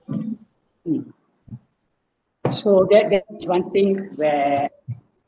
mm so that that is one thing where